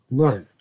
learn